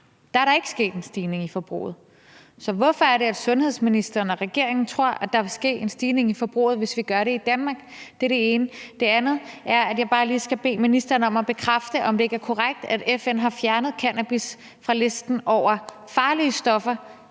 der er der ikke sket en stigning i forbruget. Så hvorfor er det, at sundhedsministeren og regeringen tror, at der vil ske en stigning i forbruget, hvis vi gør det i Danmark? Det er det ene. Det andet er, at jeg bare lige skal bede ministeren om at bekræfte, om det ikke er korrekt, at FN har fjernet cannabis fra listen over farlige stoffer